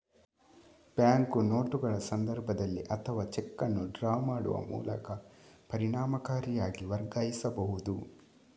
bank ನೋಟುಗಳ ಸಂದರ್ಭದಲ್ಲಿ ಅಥವಾ ಚೆಕ್ ಅನ್ನು ಡ್ರಾ ಮಾಡುವ ಮೂಲಕ ಪರಿಣಾಮಕಾರಿಯಾಗಿ ವರ್ಗಾಯಿಸಬಹುದು